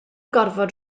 gorfod